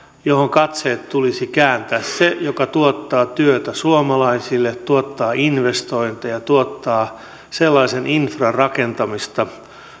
johon katseet tulisi kääntää se joka tuottaa työtä suomalaisille tuottaa investointeja tuottaa sellaista infrarakentamista